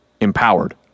empowered